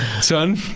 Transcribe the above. Son